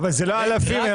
אלה לא אלפים.